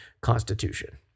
Constitution